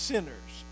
Sinners